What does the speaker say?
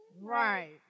Right